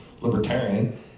libertarian